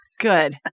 Good